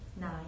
nine